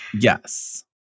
Yes